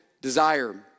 desire